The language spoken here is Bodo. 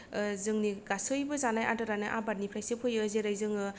जोंनि गासैबो जानाय आदारानो आबादनिफ्रायसो फैयो जेरै जोङो